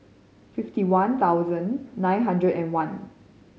fifty one thousand nine hundred and one